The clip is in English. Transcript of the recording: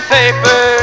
paper